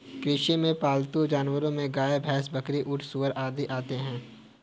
कृषि में पालतू जानवरो में गाय, भैंस, बकरी, ऊँट, सूअर आदि आते है